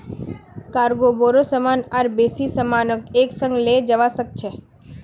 cargo बोरो सामान और बेसी सामानक एक संग ले जव्वा सक छ